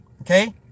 Okay